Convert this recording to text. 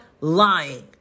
lying